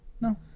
No